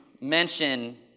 mention